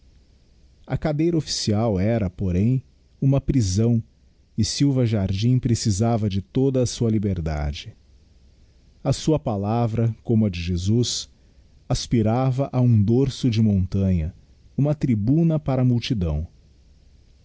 a cadeira olbcial era porem uma prisão e silva jardim precisava de toda a sua liberdade a sua palavra como a de jesus aspirava a um dorso de montanha uma tribuna para a multidão